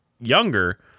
younger